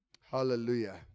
Hallelujah